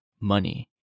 money